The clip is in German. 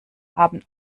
haben